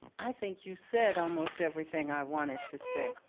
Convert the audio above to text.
i think you said almost everything i wanted to say.